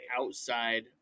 Outside